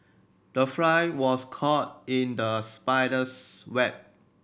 the fly was caught in the spider's web